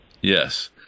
Yes